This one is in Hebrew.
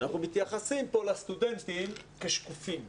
שאנחנו מתייחסים פה לסטודנטים כשקופים.